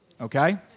Okay